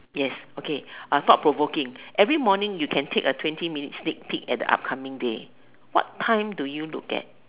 yes okay thought provoking every morning you can take a twenty minute sneak peak at the up coming day what time do you look at